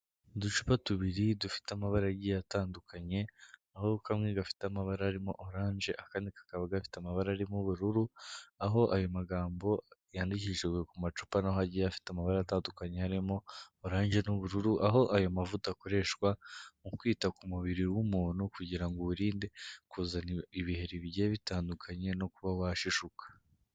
Uducupa tubiri dufite amabara agiye atandukanye, aho kamwe gafite amabara arimo oranje, akandi kakaba gafite amabara arimo ubururu, aho ayo magambo yandikishijwe ku macupa na ho agiye afite amabara atandukanye, harimo oranje n'ubururu, aho ayo mavuta akoreshwa mu kwita ku mubiri w'umuntu kugira ngo uwurinde kuzana ibiheri bigiye bitandukanye no kuba washishuka.